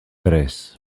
tres